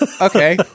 Okay